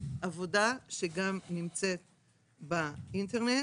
עבודה שגם נמצאת באינטרנט.